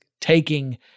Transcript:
taking